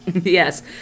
Yes